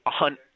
on